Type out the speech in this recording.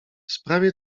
sprawie